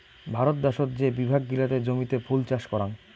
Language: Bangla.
ভারত দ্যাশোত যে বিভাগ গিলাতে জমিতে ফুল চাষ করাং